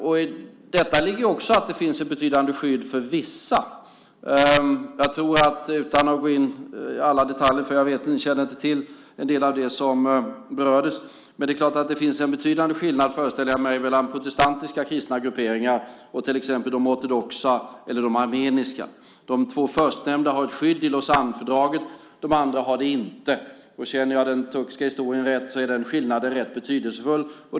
I detta ligger att det finns ett betydande skydd för vissa. Jag föreställer mig - utan att gå in i alla detaljer, för jag känner inte till en del av det som berördes - att det finns betydande skillnader mellan protestantiska kristna grupperingar och till exempel de ortodoxa eller de armeniska. De två förstnämnda har ett skydd i Lausannefördraget. De andra har det inte. Känner jag den turkiska historien rätt är den skillnaden rätt betydelsefull.